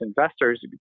investors